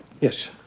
Yes